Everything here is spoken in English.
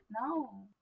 No